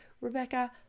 Rebecca